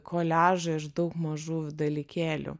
koliažai iš daug mažų dalykėlių